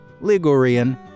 Ligurian